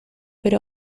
pero